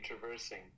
traversing